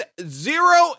zero